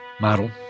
model